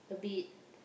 a bit